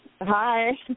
Hi